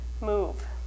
move